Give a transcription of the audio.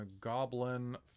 Goblin